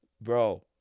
Bro